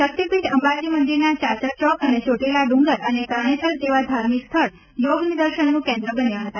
શક્તિપીઠ અંબાજી મંદિરના ચાચર ચોક અને ચોટીલા ડુંગર અને તરણેતર જેવા ધાર્મિક સ્થળ યોગ નિદર્શનનું કેન્દ્ર બન્યા હતા